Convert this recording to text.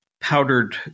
powdered